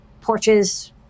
porches